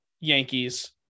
Yankees